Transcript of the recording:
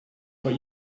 but